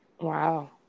Wow